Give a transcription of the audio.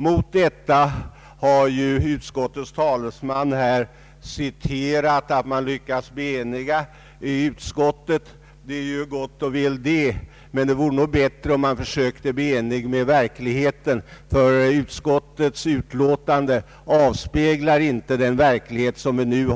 Mot detta har utskottets talesman anfört att man lyckats uppnå enighet i utskottet. Detta är ju gott och väl, men det vore bättre om man försökte bli enig med verkligheten. Utskottsutlåtandet avspeglar inte verkligheten, och därför